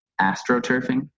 astroturfing